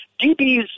DBs